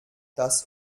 das